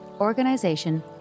organization